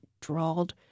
drawled